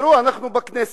תראו, אנחנו בכנסת,